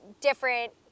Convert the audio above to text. different